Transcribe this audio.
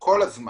של כ-70